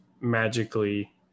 magically